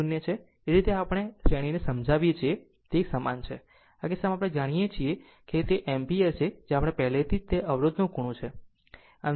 જે રીતે આપણે પહેલાની એક શ્રેણીને સમજાવીએ છીએ તે એક સમાન છે પરંતુ આ કિસ્સામાં તે જેને આપણે કહીએ છીએ તે એમ્પીયર છે કે આપણી પાસે પહેલેથી જ તે અવરોધનો ખૂણો છે